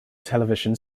television